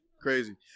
Crazy